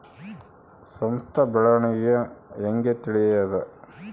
ಸಂಸ್ಥ ಬೆಳವಣಿಗೇನ ಹೆಂಗ್ ತಿಳ್ಯೇದು